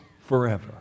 forever